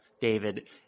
David